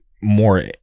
more